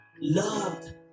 loved